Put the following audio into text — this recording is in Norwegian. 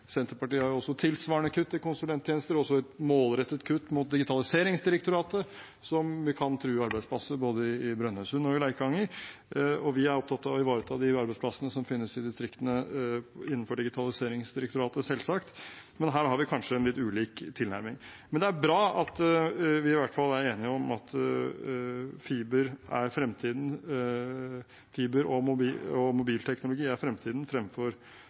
Senterpartiet har også tilsvarende kutt i konsulenttjenester, og også et målrettet kutt mot Digitaliseringsdirektoratet, som kan true arbeidsplasser både i Brønnøysund og i Leikanger. Vi er selvsagt opptatt av å ivareta de arbeidsplassene som finnes i distriktene innenfor Digitaliseringsdirektoratet, men her har vi kanskje en litt ulik tilnærming. Men det er bra at vi i hvert fall er enige om at fiber og mobilteknologi er fremtiden